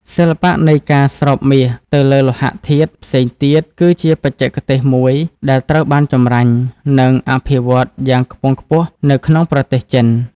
សិល្បៈនៃការស្រោបមាសទៅលើលោហៈធាតុផ្សេងទៀត គឺជាបច្ចេកទេសមួយដែលត្រូវបានចម្រាញ់ និងអភិវឌ្ឍយ៉ាងខ្ពង់ខ្ពស់នៅក្នុងប្រទេសចិន។